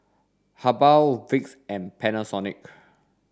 Habhal Vicks and Panasonic